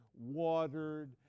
watered